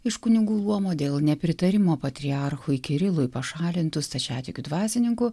iš kunigų luomo dėl nepritarimo patriarchui kirilui pašalintų stačiatikių dvasininkų